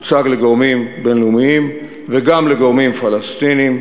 הוצג לגורמים בין-לאומיים וגם לגורמים פלסטיניים,